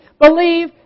believe